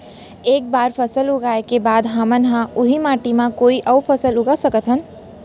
एक बार फसल उगाए के बाद का हमन ह, उही माटी मा कोई अऊ फसल उगा सकथन?